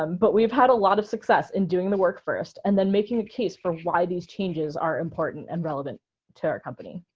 um but we've had a lot of success in doing the work first and then making a case for why these changes are important and relevant to our company.